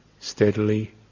steadily